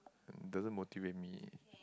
it doesn't motivate me eh